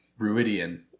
Ruidian